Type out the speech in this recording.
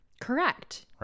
Correct